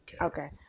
Okay